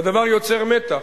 והדבר יוצר מתח.